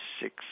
six